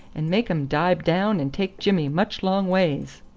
and make um dibe down and take jimmy much long ways.